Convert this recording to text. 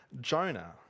Jonah